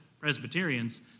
Presbyterians